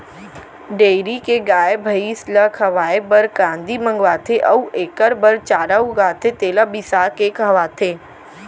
dairy के गाय, भँइस ल खवाए बर कांदी मंगवाथें अउ एकर बर चारा उगाथें तेला बिसाके खवाथें